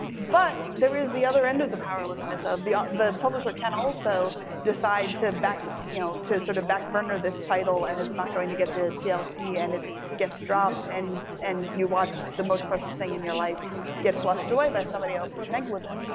but there is the other end of the powerlessness of the ah the publisher can also decide to back, you know to sort of back burner this title, and it's not going to get the tlc ah and it gets dropped, and and you watch the most precious thing in your life get flushed away by somebody else's negligence.